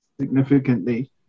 significantly